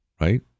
right